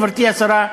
גברתי השרה,